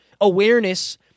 awareness